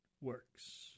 works